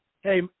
Hey